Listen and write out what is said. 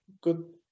good